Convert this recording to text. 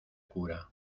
cura